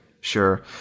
sure